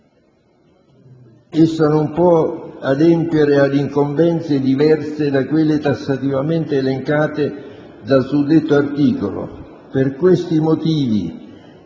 Essa non può adempiere ad incombenze diverse da quelle tassativamente elencate dal suddetto articolo. Per questi motivi,